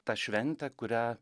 tą šventę kurią